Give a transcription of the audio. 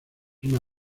una